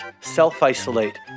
self-isolate